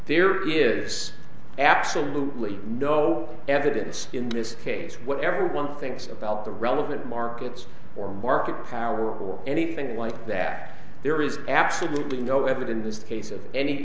there is absolutely no evidence in this case whatever one thinks about the relevant markets or market power or anything like that there is absolutely no evidence